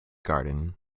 garden